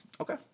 Okay